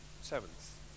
Seventh